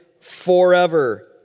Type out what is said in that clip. forever